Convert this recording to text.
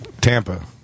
Tampa